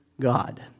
God